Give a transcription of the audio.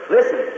Listen